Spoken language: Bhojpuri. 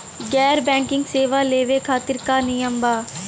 गैर बैंकिंग सेवा लेवे खातिर का नियम बा?